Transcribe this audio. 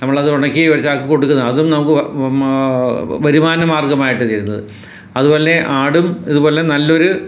നമ്മൾ അത് ഉണക്കി ഒരു ചാക്ക് കൊടുക്കുന്നത് അതും നമുക്ക് വരുമാന മാർഗമായിട്ട് ചേരുന്നത് അതുപോലെ തന്നെ ആടും ഇതു പോലെ തന്നെ നല്ല ഒരു